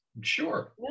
Sure